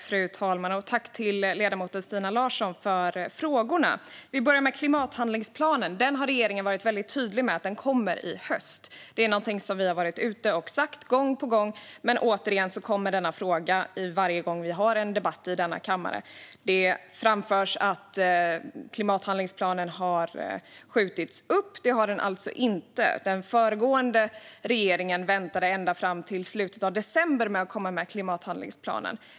Fru talman! Jag tackar ledamoten Stina Larsson för frågorna. Vi börjar med klimathandlingsplanen. Regeringen har varit väldigt tydlig med att den kommer i höst. Det är någonting vi har gått ut och sagt gång på gång, men frågan kommer ändå varje gång vi har en debatt i denna kammare. Det framförs att klimathandlingsplanen har skjutits upp, men det har den inte. Den föregående regeringen väntade ända till slutet av december med att komma med klimathandlingsplanen.